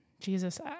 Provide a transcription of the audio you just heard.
Jesus